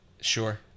sure